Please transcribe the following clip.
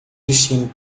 vestindo